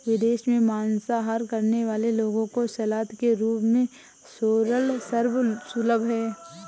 विदेशों में मांसाहार करने वाले लोगों को सलाद के रूप में सोरल सर्व सुलभ है